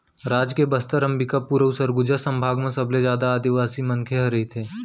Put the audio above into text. राज के बस्तर, अंबिकापुर अउ सरगुजा संभाग म सबले जादा आदिवासी मनखे ह रहिथे